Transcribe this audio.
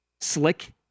slick